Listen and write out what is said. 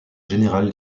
général